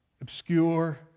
obscure